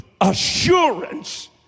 assurance